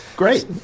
Great